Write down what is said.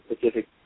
Pacific